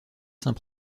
saint